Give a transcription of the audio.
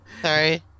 sorry